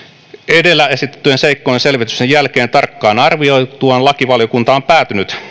edellä esitettyjä seikkoja selvitysten jälkeen tarkkaan arvioituaan lakivaliokunta on päätynyt